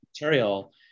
material